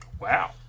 Wow